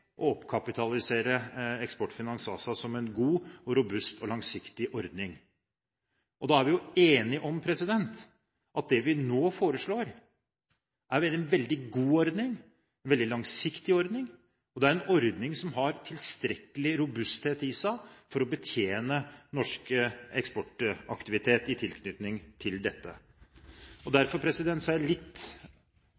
oppkapitalisere Eksportfinans ASA som en god, robust og langsiktig ordning. Da er vi jo enige om at det vi nå foreslår, er en veldig god ordning, en veldig langsiktig ordning, og det er en ordning som har tilstrekkelig robusthet i seg til å betjene norsk eksportaktivitet i tilknytning til dette.